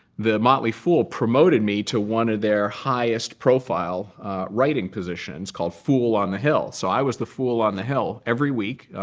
the motley fool promoted me to one of their highest profile writing positions called fool on the hill. so i was the fool on the hill every week.